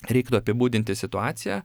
reiktų apibūdinti situaciją